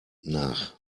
nach